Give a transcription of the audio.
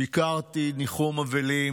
ביקרתי לניחום אבלים